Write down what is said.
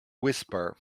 whisper